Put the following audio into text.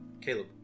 Caleb